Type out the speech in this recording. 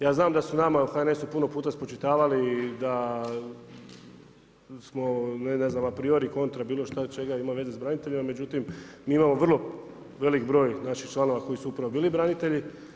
Ja znam, da su nama u HNS-u puno puta spočitavali, da smo ne znam, sprioriti kontra, bilo šta, čega ima veze s braniteljem, međutim, mi imamo vrlo veliki broj naši članova koji su upravo bili branitelji.